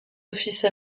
office